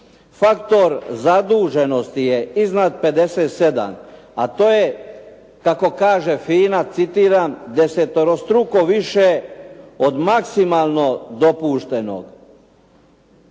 Faktor zaduženosti je iznad 57, a to je kako kaže FINA, citiram, deseterostruko više od maksimalno dopuštenog.